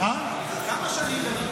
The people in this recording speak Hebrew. כמה שנים דנים?